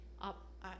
up